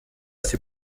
ses